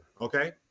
okay